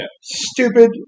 stupid